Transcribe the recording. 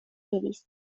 vidis